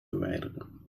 verwijderen